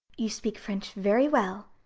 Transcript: you speak french very well,